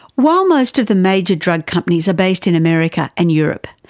while most of the major drug companies are based in america and europe,